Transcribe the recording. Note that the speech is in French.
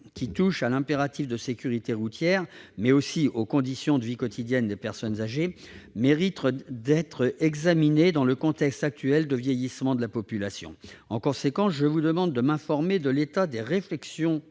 qui touche à l'impératif de sécurité routière, mais aussi aux conditions de vie quotidienne des personnes âgées, mérite d'être examiné dans le contexte actuel de vieillissement de la population. En conséquence, je vous demande de m'informer de l'état des réflexions